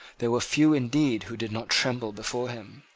there were few indeed who did not tremble before him.